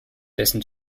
dessen